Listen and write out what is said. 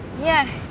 yeah.